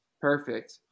Perfect